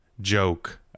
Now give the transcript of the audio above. joke